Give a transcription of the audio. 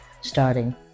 starting